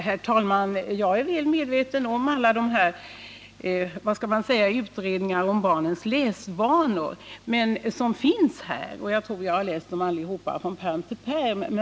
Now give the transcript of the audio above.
Herr talman! Jag är väl medveten om alla de utredningar som finns om barnens läsvanor. Jag tror att jag har läst dem alla från pärm till pärm.